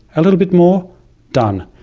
a little bit more done.